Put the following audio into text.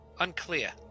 Unclear